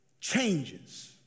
changes